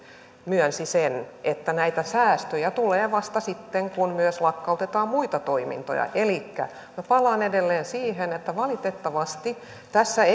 myönsi sen että näitä säästöjä tulee vasta sitten kun myös lakkautetaan muita toimintoja elikkä minä palaan edelleen siihen että valitettavasti tässä